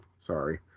Sorry